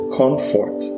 comfort